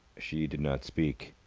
she did not speak.